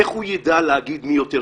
איך הוא ידע להגיד מי טוב יותר?